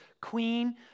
queen